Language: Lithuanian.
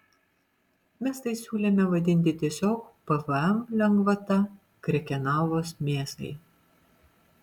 mes tai siūlėme vadinti tiesiog pvm lengvata krekenavos mėsai